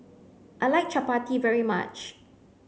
I like chappati very much